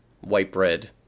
white-bread